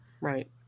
Right